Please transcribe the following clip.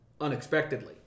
unexpectedly